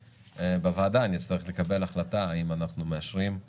בוועדה נצטרך לקבל החלטה האם אנחנו מאשרים את